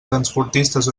transportistes